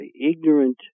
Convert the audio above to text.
ignorant